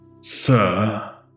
Sir